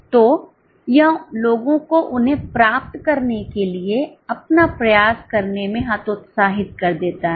तो यह लोगों को उन्हें प्राप्त करने के लिए अपना प्रयास करने में हतोत्साहित कर देता है